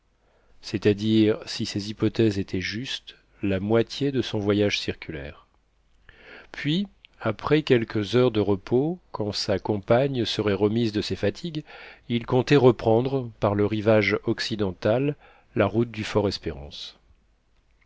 c'est-à-dire si ses hypothèses étaient justes la moitié de son voyage circulaire puis après quelques heures de repos quand sa compagne serait remise de ses fatigues il comptait reprendre par le rivage occidental la route du